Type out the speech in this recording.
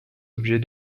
objets